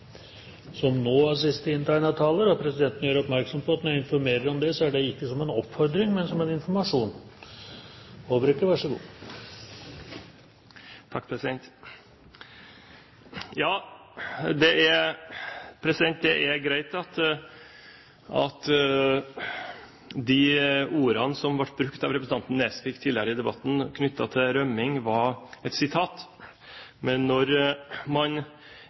presidenten gjør oppmerksom på og informerer om det, er det ikke som en oppfordring, men som en informasjon. Det er greit at de ordene som ble brukt av representanten Nesvik tidligere i debatten knyttet til rømming. var et sitat, men når man